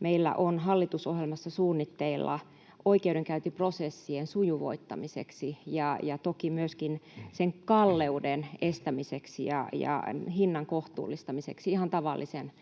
meillä on hallitusohjelmassa suunnitteilla oikeudenkäyntiprosessien sujuvoittamiseksi ja toki myöskin niiden kalleuden estämiseksi ja hinnan kohtuullistamiseksi ihan tavallisen